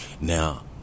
Now